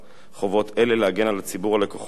חובות אלה להגן על ציבור הלקוחות המקבל